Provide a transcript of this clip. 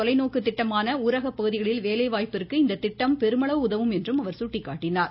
தொலைநோக்கு திட்டமான ஊரக பகுதிகளில் தமிழக அரசின் வேலைவாய்ப்பிற்கு இந்த திட்டம் பெருமளவு உதவும் என்றும் அவர் சுட்டிக்காட்டினார்